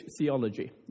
theology